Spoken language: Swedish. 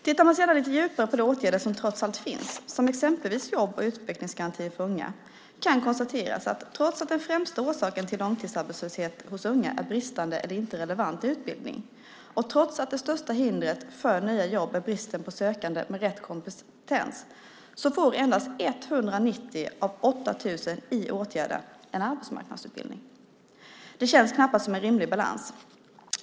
Tittar man sedan lite djupare på de åtgärder som trots allt vidtas, till exempel jobb och utvecklingsgarantin för unga, kan konstateras att trots att den främsta orsaken till långtidsarbetslöshet hos unga är bristande eller inte relevant utbildning och trots att det största hindret för nya jobb är bristen på sökande med rätt kompetens får endast 190 av 8 000 i åtgärder en arbetsmarknadsutbildning. Det känns knappast som en rimlig balans.